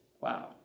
Wow